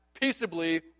peaceably